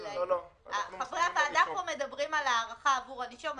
אבל חברי הוועדה פה מדברים על הארכה עבור הנישום,